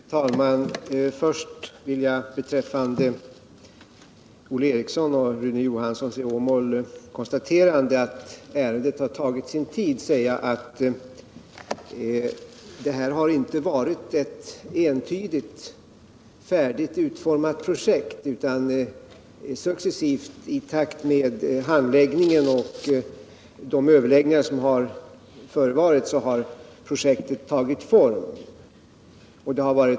Herr talman! Först vill jag beträffande Olle Erikssons och Rune Johanssons konstateranden att ärendet har tagit sin tid säga att detta har inte varit ett entydigt, färdigt utformat projekt. Successivt i takt med handläggningen och de överläggningar som har förevarit har projektet tagit form.